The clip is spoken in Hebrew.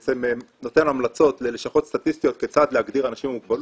שנותן המלצות ללשכות סטטיסטיות כיצד להגדיר אנשים עם מוגבלות,